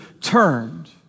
turned